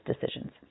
decisions